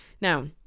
Now